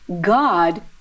God